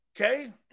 Okay